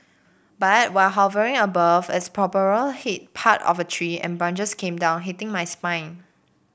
but while hovering above its propeller hit part of a tree and branches came down hitting my spine